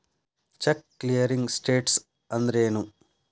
Check clearing status ಅಂದ್ರೇನು?